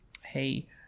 hey